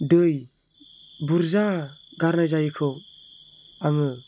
दै बुरजा गारनाय जायैखौ आङो